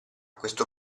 questo